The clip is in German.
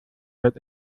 hört